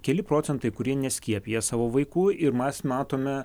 keli procentai kurie neskiepija savo vaikų ir mes matome